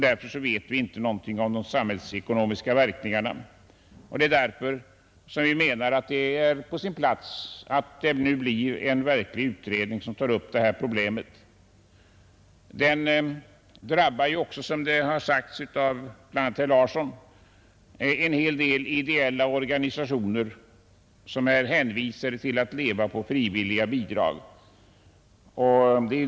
Det är också därför på sin plats att en grundlig utredning av detta problem genomförs. Skatten drabbar även, som bl.a. herr Larsson i Umeå sagt, en hel del ideella organisationer, som är hänvisade till att leva på frivilliga bidrag.